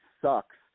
sucks